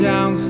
Down